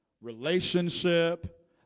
relationship